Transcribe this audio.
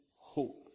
hope